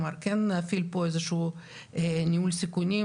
כלומר כן להפעיל פה איזה שהוא ניהול סיכונים,